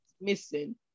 missing